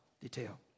detail